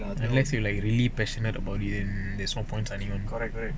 unless you like really passionate about it and theres no points signing on